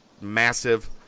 massive